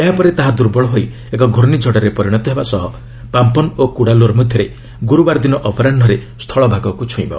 ଏହା ଦୁର୍ବଳ ହୋଇ ଏକ ଘ୍ରର୍ଷିଝଡ଼ରେ ପରିଣତ ହେବା ସହ ପାମ୍ଚନ୍ ଓ କୁଡ଼ାଲୋର ମଧ୍ୟରେ ଗୁରୁବାର ଦିନ ଅପରାହୁରେ ସ୍ଥଳ ଭାଗକୁ ଛୁଇଁବ